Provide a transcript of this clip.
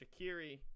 shakiri